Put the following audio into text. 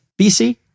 BC